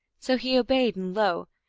so he obeyed, and lo!